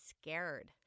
scared